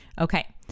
Okay